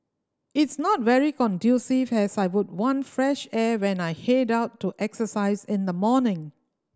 it's not very conducive as I would want fresh air when I head out to exercise in the morning